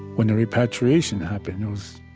when the repatriation happened,